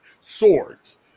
Swords